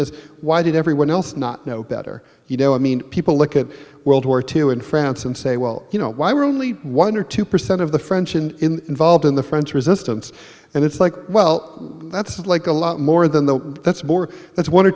is why did everyone else not know better you know i mean people look at world war two in france and say well you know why we're only one or two percent of the french and involved in the french resistance and it's like well that's like a lot more than the that's more that's one or